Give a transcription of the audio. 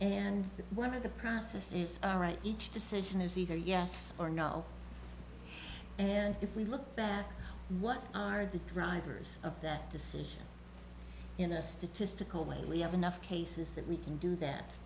and one of the process is each decision is either yes or no and if we look back what are the drivers of that decision in a statistical lately have enough cases that we can do that